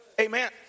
Amen